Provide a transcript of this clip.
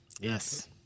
Yes